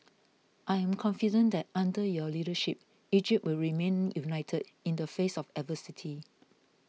I am confident that under your leadership Egypt will remain united in the face of adversity